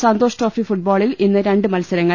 സന്തോഷ്ട്രോഫി ഫുട്ബോളിൽ ഇന്ന് രണ്ട് മത്സരങ്ങൾ